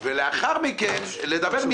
זאת אומרת,